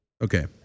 okay